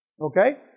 Okay